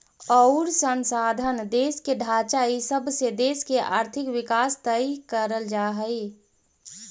अउर संसाधन, देश के ढांचा इ सब से देश के आर्थिक विकास तय कर जा हइ